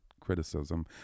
criticism